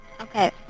Okay